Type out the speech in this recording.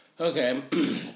Okay